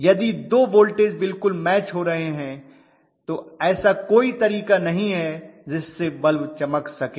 यदि दो वोल्टेज बिल्कुल मैच हो रहे हैं तो ऐसा कोई तरीका नहीं है जिससे बल्ब चमक सकें